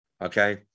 Okay